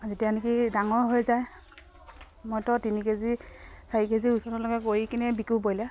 ডাঙৰ হৈ যায় মইতো তিনি কেজি চাৰি কেজি ওজনলৈকে কিনে বিকো ব্ৰইলাৰ